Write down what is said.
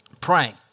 praying